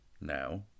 now